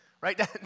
right